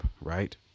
right